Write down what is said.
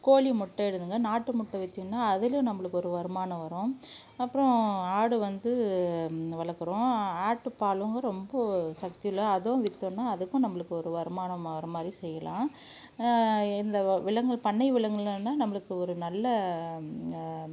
கோழி முட்டை இடுதுங்க நாட்டு முட்டை விற்றிங்கனா அதுலையும் நம்பளுக்கு ஒரு வருமானம் வரும் அப்புறோம் ஆடு வந்து வளர்க்குறோம் ஆட்டுப்பாலும் ரொம்ப சத்துல்லை அதுவும் விற்றோனா அதுக்கும் நம்பளுக்கு ஒரு வருமானம் வர மாதிரி செய்யலாம் இந்த வ விலங்கு பண்ணை விலங்கிலனா நம்பளுக்கு ஒரு நல்ல